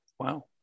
Wow